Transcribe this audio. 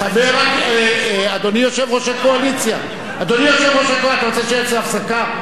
אדוני יושב-ראש הקואליציה, אתה רוצה שנצא להפסקה?